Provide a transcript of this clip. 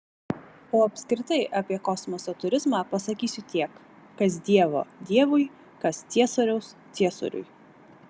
o apskritai apie kosmoso turizmą pasakysiu tiek kas dievo dievui kas ciesoriaus ciesoriui